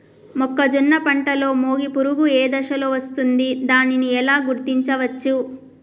మొక్కజొన్న పంటలో మొగి పురుగు ఏ దశలో వస్తుంది? దానిని ఎలా గుర్తించవచ్చు?